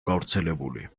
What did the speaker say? გავრცელებული